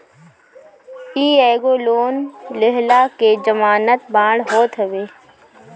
इ एगो लोन लेहला के जमानत बांड होत हवे